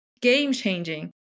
game-changing